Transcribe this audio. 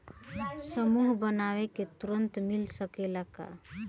समूह बना के ऋण मिल सकेला का?